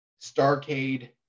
Starcade